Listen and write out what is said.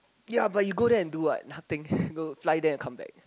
yea but you go there and do what nothing fly there and come back